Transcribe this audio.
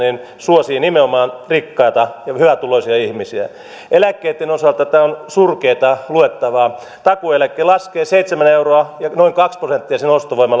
suosii nimenomaan rikkaita hyvätuloisia ihmisiä eläkkeitten osalta tämä on surkeaa luettavaa takuueläke laskee seitsemän euroa ja noin kaksi prosenttia sen ostovoima